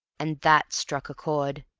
and that struck a chord.